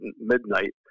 midnight